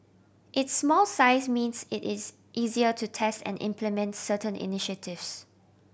its small size means it is easier to test and implement certain initiatives